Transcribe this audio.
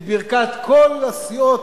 את ברכת כל הסיעות.